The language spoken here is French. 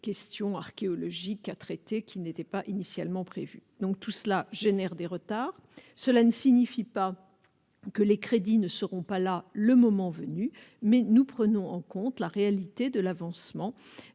question archéologique a traité qui n'étaient pas initialement prévu, donc tout cela génère des retards, cela ne signifie pas que les crédits ne seront pas là le moment venu mais nous prenons en compte la réalité de l'avancement